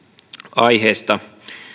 aiheesta